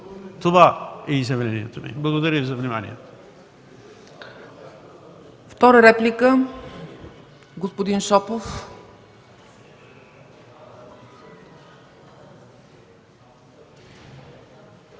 Това е изявлението ми. Благодаря за вниманието.